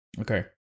Okay